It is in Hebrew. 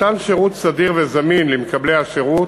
מתן שירות סדיר וזמין למקבלי השירות,